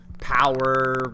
power